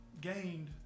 gained –